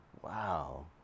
Wow